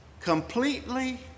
completely